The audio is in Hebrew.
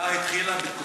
הבריאה התחילה בתקופתכם.